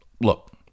look